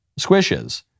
squishes